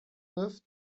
neuf